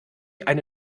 eine